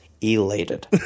elated